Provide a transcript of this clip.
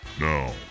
Now